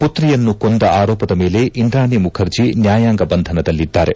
ಪುತ್ರಿಯನ್ನು ಕೊಂದ ಆರೋಪದ ಮೇಲೆ ಇಂದ್ರಾಣಿ ಮುಖರ್ಜಿ ನ್ಯಾಯಾಂಗ ಬಂಧನದಲ್ಲಿದ್ದಾರೆ